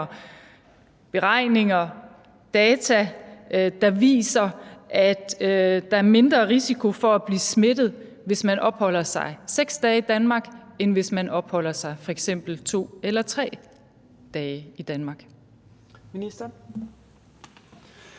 beregninger, data, der viser, at der er mindre risiko for at blive smittet, hvis man opholder sig 6 dage i Danmark, end hvis man opholder sig f.eks. 2 eller 3 dage i Danmark.